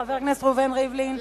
חבר הכנסת ראובן ריבלין,